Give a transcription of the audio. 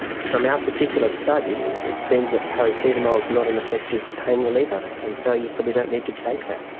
from our particular study it seems that paracetamol is not an effective pain reliever, and so you probably don't need to take that.